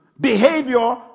behavior